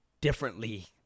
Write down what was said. differently